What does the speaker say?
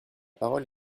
parole